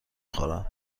خورم